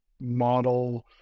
model